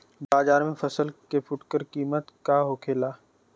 बाजार में फसल के फुटकर कीमत का होखेला?